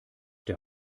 der